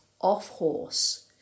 off-horse